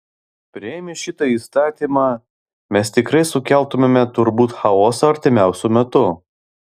priėmę šitą įstatymą mes tikrai sukeltumėme turbūt chaosą artimiausiu metu